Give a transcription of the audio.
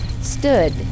stood